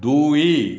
ଦୁଇ